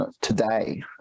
today